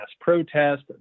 protest